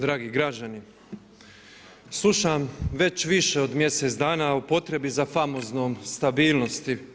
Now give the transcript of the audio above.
Dragi građani, slušam već više od mjesec dana o potrebi za famoznom stabilnosti.